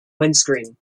windscreen